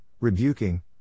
rebuking